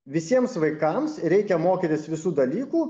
visiems vaikams reikia mokytis visų dalykų